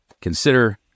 consider